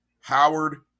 Howard